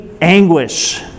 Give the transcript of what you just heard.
anguish